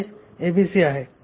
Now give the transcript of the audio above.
हे एबीसी आहे